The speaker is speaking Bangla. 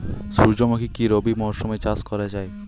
সুর্যমুখী কি রবি মরশুমে চাষ করা যায়?